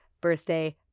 birthday